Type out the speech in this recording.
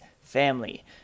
family